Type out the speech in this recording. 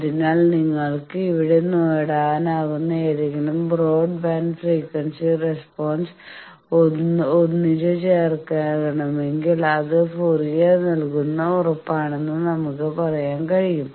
അതിനാൽ നിങ്ങൾക്ക് ഇവിടെ നേടാനാകുന്ന ഏതെങ്കിലും ബ്രോഡ്ബാൻഡ് ഫ്രീക്വൻസി റെസ്പോൺസ് ഒന്നിച്ചുചേർക്കണമെങ്കിൽ അത് ഫോറിയർ നേൽക്കുന്ന ഉറപ്പാണെന്ന് നമ്മൾക്ക് പറയാൻ കഴിയും